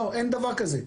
אין דבר כזה.